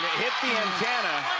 hit the antenna.